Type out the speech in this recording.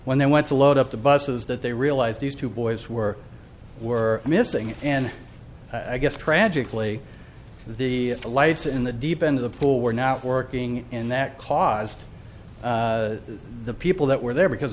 when they went to load up the buses that they realized these two boys were were missing and i guess tragically the lights in the deep end of the pool were not working and that caused the people that were there because